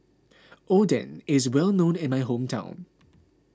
Oden is well known in my hometown